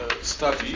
study